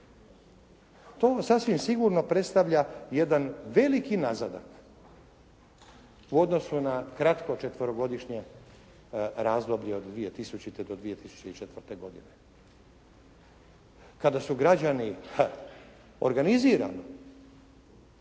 To sasvim sigurno predstavlja jedan veliki nazadak u odnosu na kratko četverogodišnje razdoblje od 2000. do 2004. godine. Kada su građani organizirano,